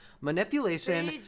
Manipulation